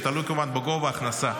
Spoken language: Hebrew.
תלוי כמובן בגובה ההכנסה.